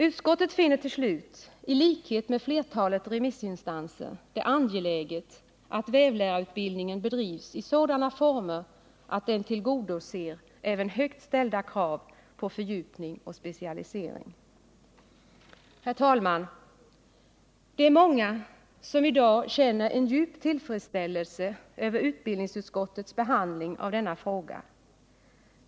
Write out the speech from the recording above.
Utskottet finner till slut i likhet med flertalet remissinstanser det angeläget att vävlärarutbildningen bedrivs i sådana former att den tillgodoser även högt ställda krav på fördjupning och specialisering. Herr talman! Det är många som i dag känner en djup tillfredsställelse över utbildningsutskottets behandling av denna fråga.